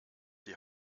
die